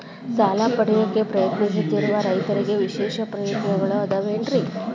ಸಾಲ ಪಡೆಯಾಕ್ ಪ್ರಯತ್ನಿಸುತ್ತಿರುವ ರೈತರಿಗೆ ವಿಶೇಷ ಪ್ರಯೋಜನಗಳು ಅದಾವೇನ್ರಿ?